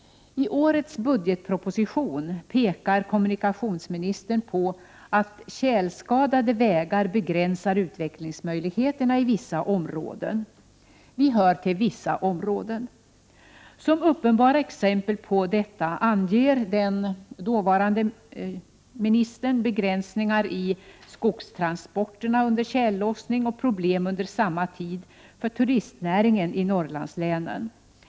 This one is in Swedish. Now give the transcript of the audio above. I årets budgetproposition pekar kommunikationsministern på att tjälskadade vägar begränsar utvecklingsmöjligheterna i vissa områden. Vårt län är ett ”visst område”. Som uppenbara exempel på detta anger dåvarande ministern begränsningar i skogstransporterna under tjällossning och problem under samma tid för turistnäringen i Norrlandslänen. Till följd av detta Prot.